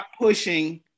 pushing